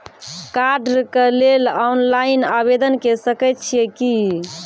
कार्डक लेल ऑनलाइन आवेदन के सकै छियै की?